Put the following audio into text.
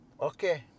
Okay